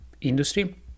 industry